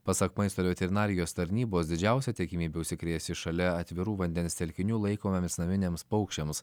pasak maisto ir veterinarijos tarnybos didžiausia tikimybė užsikrėsti šalia atvirų vandens telkinių laikomiems naminiams paukščiams